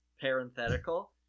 parenthetical